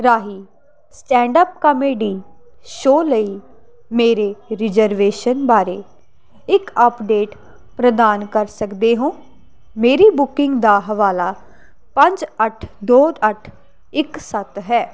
ਰਾਹੀਂ stand up comedy show ਲਈ ਮੇਰੇ ਰਿਜ਼ਰਵੇਸ਼ਨ ਬਾਰੇ ਇੱਕ ਅਪਡੇਟ ਪ੍ਰਦਾਨ ਕਰ ਸਕਦੇ ਹੋ ਮੇਰੀ ਬੁਕਿੰਗ ਦਾ ਹਵਾਲਾ ਪੰਜ ਅੱਠ ਦੋ ਅੱਠ ਇੱਕ ਸੱਤ ਹੈ